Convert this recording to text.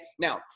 Now